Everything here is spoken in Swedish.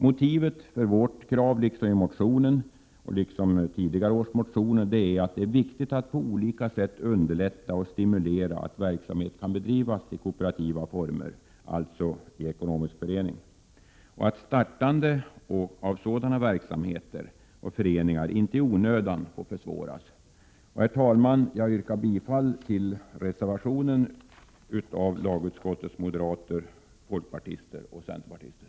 Motivet för vårt krav är, liksom det som framförs i motionen och tidigare års motioner, att det är viktigt att på olika sätt underlätta och stimulera att verksamhet kan drivas i kooperativa former, alltså i ekonomisk förening, och att startande av sådana verksamheter och föreningar inte i onödan får försvåras. Herr talman! Jag yrkar bifall till reservationen av lagutskottets moderater, folkpartister och centerpartister.